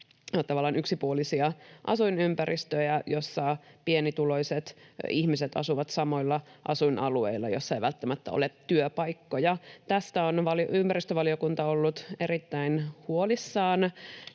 yksipuolisia asuinympäristöjä, joissa pienituloiset ihmiset asuvat samoilla asuinalueilla, joissa ei välttämättä ole työpaikkoja. Tästä on ympäristövaliokunta ollut erittäin huolissaan,